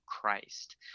Christ